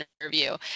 interview